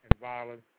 violence